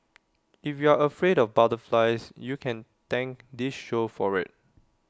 if you're afraid of butterflies you can thank this show for IT